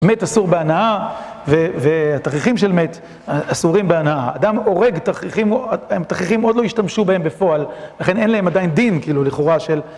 מת אסור בהנאה, והתכריכים של מת אסורים בהנאה. אדם אורג תכריכים, התכריכים עוד לא השתמשו בהם בפועל, לכן אין להם עדיין דין כאילו לכאורה של...